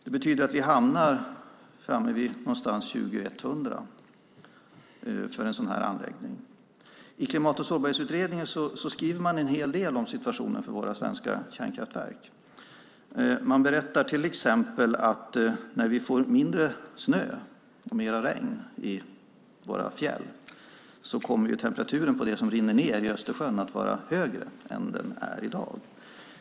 Det betyder att vi då är framme vid ungefär år 2100 när det gäller en sådan här anläggning. I Klimat och sårbarhetsutredningens betänkande står det en hel del om situationen för våra kärnkraftverk. Till exempel berättar man att när vi får mindre snö och mer regn i våra fjäll kommer temperaturen på det vatten som rinner ned i Östersjön att vara högre än den är i dag.